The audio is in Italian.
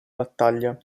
battaglia